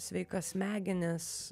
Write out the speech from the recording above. sveikas smegenis